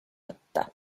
võtta